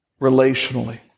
Relationally